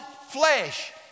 flesh